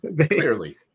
clearly